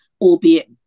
albeit